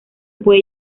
puede